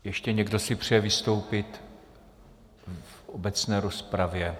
Ještě někdo si přeje vystoupit v obecné rozpravě?